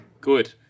Good